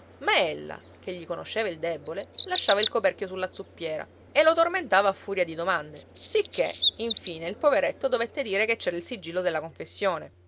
piatto ma ella che gli conosceva il debole lasciava il coperchio sulla zuppiera e lo tormentava a furia di domande sicché infine il poveretto dovette dire che c'era il sigillo della confessione